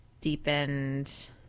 deepened